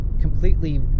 completely